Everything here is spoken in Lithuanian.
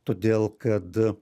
todėl kad